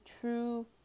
true